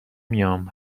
میام